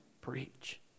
preach